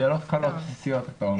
אני מן הלשכה המשפטית במשרד הבריאות.